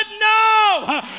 no